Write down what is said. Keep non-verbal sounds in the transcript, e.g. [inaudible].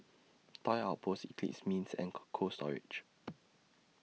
Toy Outpost Eclipse Mints and Cold Cold Storage [noise]